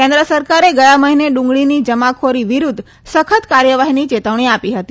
કેન્દ્ર સરકારે ગયા મહિને ડુંગળીની જમાખોરી વિરૂધ્ધ સખત કાર્યવાહીની ચેતવણી આપી હતી